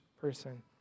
person